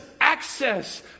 access